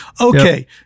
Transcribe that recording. Okay